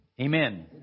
Amen